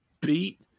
beat